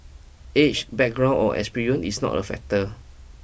age background or experience is not a factor